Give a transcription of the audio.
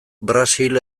brasil